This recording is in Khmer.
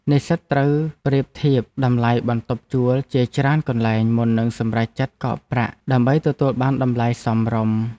និស្សិតត្រូវប្រៀបធៀបតម្លៃបន្ទប់ជួលជាច្រើនកន្លែងមុននឹងសម្រេចចិត្តកក់ប្រាក់ដើម្បីទទួលបានតម្លៃសមរម្យ។